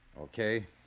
Okay